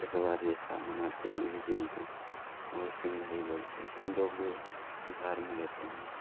تہوار جیسا مناتے ہیں اس دن کو وہ سندھائی بولتے ہیں ہم لوگ بہار میں رہتے ہیں